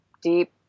deep